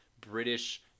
British